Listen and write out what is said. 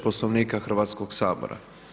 Poslovnika Hrvatskog sabora.